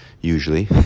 usually